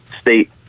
state